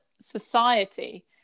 society